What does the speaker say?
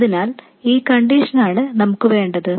അതിനാൽ ഈ കണ്ടിഷനാണ് നമുക്ക് വേണ്ടത്